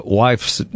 wife's